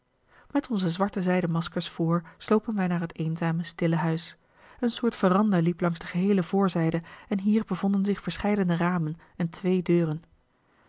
met onze zwarte zijden maskers voor slopen wij naar het eenzame stille huis een soort veranda liep langs de geheele voorzijde en hier bevonden zich verscheidene ramen en twee deuren